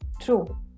True